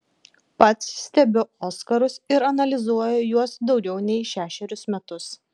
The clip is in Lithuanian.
pats stebiu oskarus ir analizuoju juos daugiau nei šešerius metus